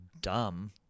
dumb—